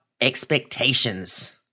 expectations